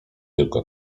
tylko